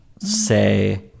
say